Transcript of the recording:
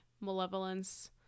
malevolence